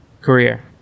Career